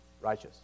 righteous